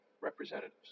representatives